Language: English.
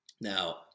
Now